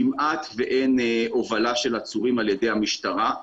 כמעט ואין הובלה של עצורים על ידי המשטרה.